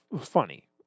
funny